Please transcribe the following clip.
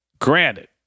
granted